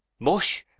mush!